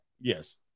Yes